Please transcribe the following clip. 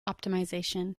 optimization